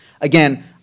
Again